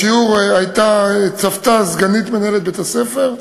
בשיעור צפתה סגנית מנהלת בית-הספר,